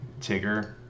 Tigger